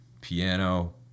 piano